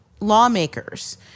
Lawmakers